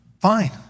Fine